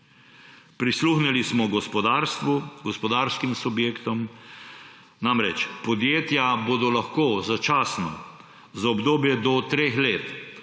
Prisluhnili smo gospodarstvu, gospodarskim subjektom. Namreč, podjetja bodo lahko začasno, za obdobje do treh let,